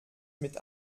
mit